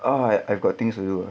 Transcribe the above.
ah I've got things to do ah